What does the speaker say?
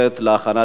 להעביר